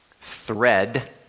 Thread